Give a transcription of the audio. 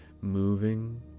moving